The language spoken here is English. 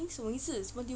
什么意思什么